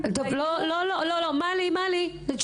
יש